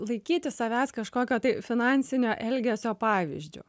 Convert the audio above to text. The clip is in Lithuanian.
laikyti savęs kažkokio tai finansinio elgesio pavyzdžiu